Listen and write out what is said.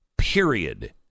Period